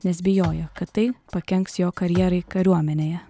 nes bijojo kad tai pakenks jo karjerai kariuomenėje